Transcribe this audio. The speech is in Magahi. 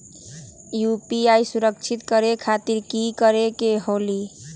यू.पी.आई सुरक्षित करे खातिर कि करे के होलि?